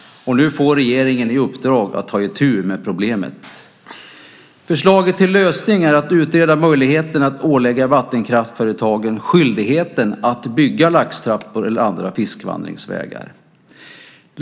Nu får regeringen i uppdrag att ta itu med problemet. Förslaget till lösning är att utreda möjligheten att ålägga vattenkraftföretagen skyldighet att bygga laxtrappor eller andra fiskvandringsvägar.